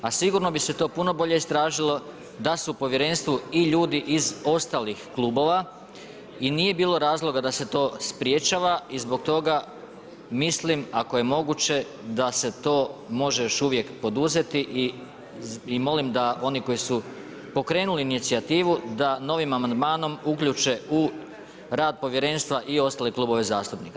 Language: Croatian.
A sigurno bi se to puno bolje istražilo da su u povjerenstvu i ljudi iz ostalih klubova i nije bilo razloga da se to sprječava i zbog toga mislim ako je moguće da se to može još uvijek poduzeti i molim da oni koji su pokrenuli inicijativu da novim amandmanom uključe u rad povjerenstva i ostale klubove zastupnika.